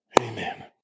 amen